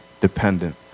dependent